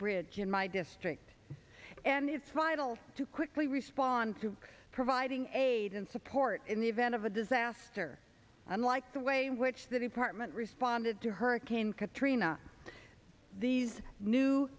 bridge in my district and its final to quickly respond to providing aid and support in the event of a disaster unlike the way in which the department responded to hurricane katrina these new